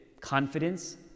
confidence